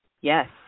Yes